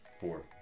Four